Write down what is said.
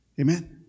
Amen